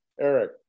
Eric